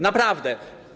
Naprawdę.